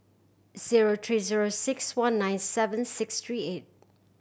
zero three zero six one nine seven six three eight